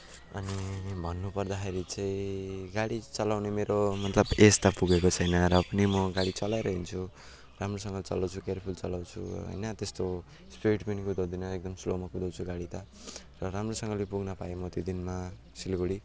अनि भन्नु पर्दाखेरि चाहिँ गाडी चलाउने मेरो मतलब एज त पुगेको छैन र पनि म गाडी चलाएर हिँड्छु राम्रोसँग चलाउँछु केयरफुल चलाउँछु होइन त्यस्तो स्पिड पनि कुदाउँदिनँ एकदम स्लोमा कुदाउँछु गाडी त र राम्रोसँगले पुग्नु पाएँ त्यो दिनमा सिलगढी